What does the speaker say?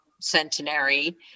Centenary